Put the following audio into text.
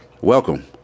welcome